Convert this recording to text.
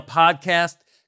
podcast